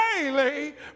daily